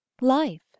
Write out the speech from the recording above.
life